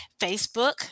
Facebook